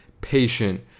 patient